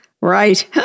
Right